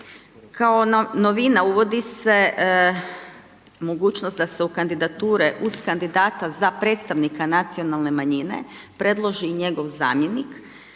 Kao novine uvodi se mogućnost da se u kandidature uz kandidata za predstavnika nacionalne manjine, predloži i njegov zamjenik